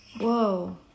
Whoa